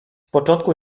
początku